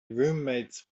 roommate’s